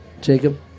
Jacob